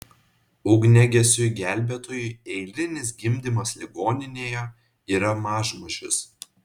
ugniagesiui gelbėtojui eilinis gimdymas ligoninėje yra mažmožis